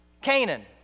Canaan